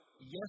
yes